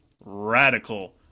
Radical